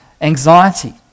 anxiety